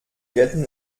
gelten